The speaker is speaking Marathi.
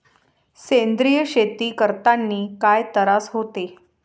सेंद्रिय शेती करतांनी काय तरास होते?